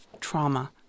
trauma